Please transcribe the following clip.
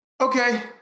Okay